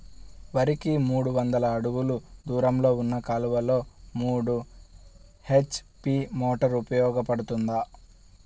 వరికి మూడు వందల అడుగులు దూరంలో ఉన్న కాలువలో మూడు హెచ్.పీ మోటార్ ఉపయోగపడుతుందా?